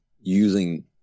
using